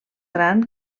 gran